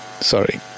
Sorry